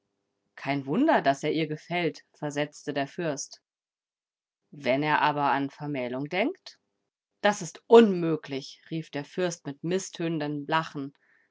kein wunder daß er ihr gefällt versetzte der fürst wenn er aber an vermählung denkt das ist unmöglich rief der fürst mit mißtönendem lachen